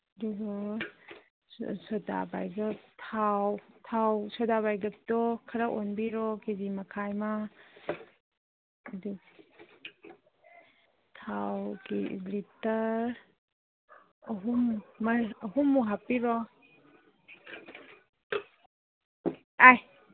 ꯑꯣ ꯁꯣꯗꯥꯕꯥꯏꯒꯞ ꯊꯥꯎ ꯊꯥꯎ ꯁꯣꯗꯥꯕꯥꯏꯒꯞꯇꯣ ꯈꯔ ꯑꯣꯟꯕꯤꯔꯣ ꯀꯦꯖꯤ ꯃꯈꯥꯏ ꯑꯃ ꯊꯥꯎ ꯂꯤꯇꯔ ꯑꯍꯨꯝ ꯑꯍꯨꯝꯃꯨꯛ ꯍꯥꯞꯄꯤꯔꯣ ꯑꯥꯏ